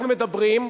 אנחנו מדברים,